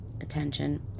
attention